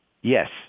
Yes